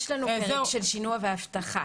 יש לנו פרק של שינוע ואבטחה.